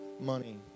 money